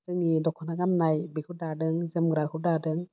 जोंनि दख'ना गाननाय बेखौ दादों जोमग्राखौ दादों